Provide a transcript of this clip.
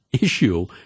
issue